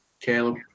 Caleb